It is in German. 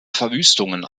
verwüstungen